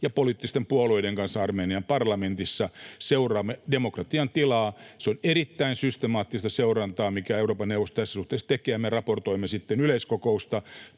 ja poliittisten puolueiden kanssa Armenian parlamentissa seuraamme demokratian tilaa. Se on erittäin systemaattista seurantaa, mitä Euroopan neuvosto tässä suhteessa tekee, ja me raportoimme sitten yleiskokoukselle,